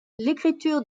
l’écriture